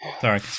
sorry